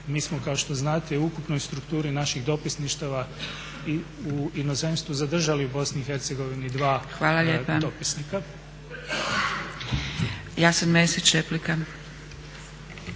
mi smo kao što znate u ukupnoj strukturi naših dopisništava u inozemstvu zadržali u BiH dva dopisnika. **Zgrebec, Dragica